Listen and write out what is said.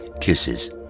Kisses